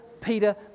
Peter